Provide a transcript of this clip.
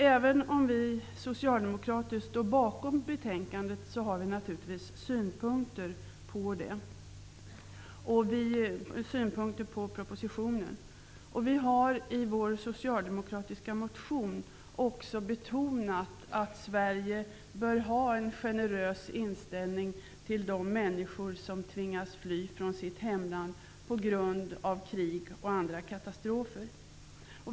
Även om vi socialdemokrater står bakom betänkandet, har vi naturligtvis synpunkter på propositionen. I vår socialdemokratiska motion har vi också betonat att Sverige bör ha en generös inställning till de människor som tvingas att fly från sitt hemland på grund av krig och andra katastrofer.